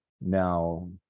Now